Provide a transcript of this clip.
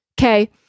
Okay